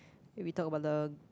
we talk about the